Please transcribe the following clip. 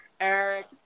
Eric